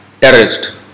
terrorist